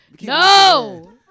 No